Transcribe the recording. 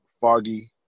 Foggy